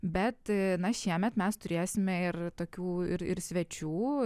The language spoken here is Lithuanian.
bet na šiemet mes turėsime ir tokių ir ir svečių